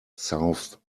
south